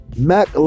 Mac